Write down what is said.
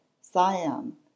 Siam